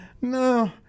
no